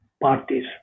parties